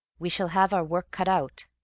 we shall have our work cut out,